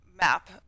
map